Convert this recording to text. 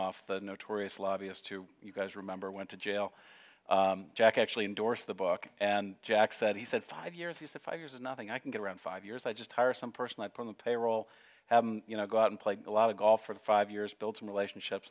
off the notorious lobbyist who you guys remember went to jail jack actually endorsed the book and jack said he said five years he said five years is nothing i can get around five years i just hire some person i put the payroll have you know go out and play a lot of golf for five years build some relationships